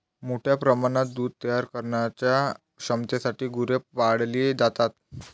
मोठ्या प्रमाणात दूध तयार करण्याच्या क्षमतेसाठी गुरे पाळली जातात